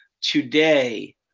today